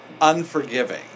unforgiving